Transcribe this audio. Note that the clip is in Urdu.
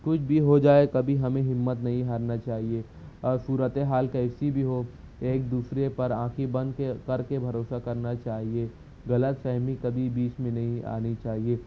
کچھ بھی ہو جائے کبھی ہمیں ہمت نہیں ہارنا چاہیے اور صورتحال کیسی بھی ہو ایک دوسرے پر آنکھیں بند کے کر کے بھروسا کرنا چاہیے غلط فہمی کبھی بیچ میں نہیں آنی چاہیے